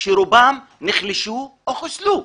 שרובם נחלשו או חוסלו.